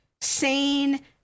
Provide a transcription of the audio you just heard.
sane